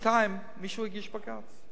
בינתיים מישהו הגיש בג"ץ,